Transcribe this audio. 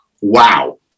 wow